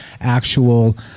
actual